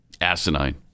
asinine